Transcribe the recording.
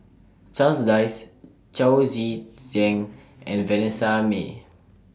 Charles Dyce Chao Tzee Cheng and Vanessa Mae